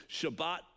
Shabbat